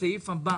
הסעיף הבא